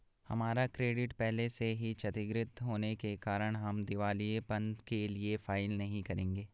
हमारा क्रेडिट पहले से ही क्षतिगृत होने के कारण हम दिवालियेपन के लिए फाइल नहीं करेंगे